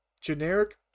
generic